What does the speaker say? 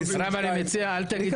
כבודו במקומו מונח